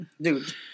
dude